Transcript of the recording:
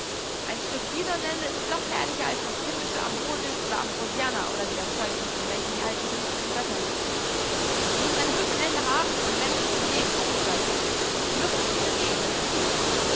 ein stück bisonlende ist noch herrlicher als das himmlische ambrosius oder ambrosianna oder wie das zeug hieß von welchem die alten griechischen götter lebten ich muß eine büffellende haben und wenn es mich das leben kosten sollte die luft ist uns entgegen das ist gut